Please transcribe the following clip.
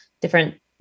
different